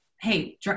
Hey